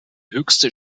höchste